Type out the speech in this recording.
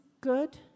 good